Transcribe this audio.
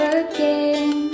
again